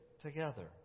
together